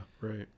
right